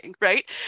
right